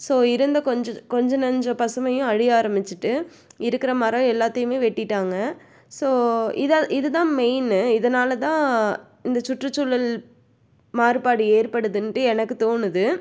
so இருந்த கொஞ்ச கொஞ்ச நஞ்ச பசுமையும் அழிய ஆரமிச்சிகிட்டு இருக்கிற மரம் எல்லாத்தையுமே வெட்டிவிட்டாங்க ஸோ இதான் இது தான் மெயின்னு இதனால் தான் இந்த சுற்றுச்சூழல் மாறுபாடு ஏற்படுதுன்ட்டு எனக்கு தோணுது